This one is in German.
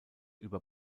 über